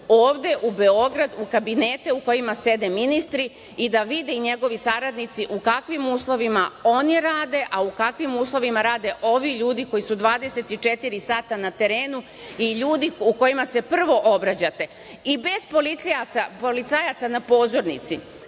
ovde u Beograd, u kabinete u kojima sede ministri i da vide, njegovi saradnici, u kakvim uslovima oni rade, a u kakvim uslovima rade ovi ljudi koji su 24 sata na terenu i ljudi kojima se prvo obraćate. Bez policajaca na pozornici,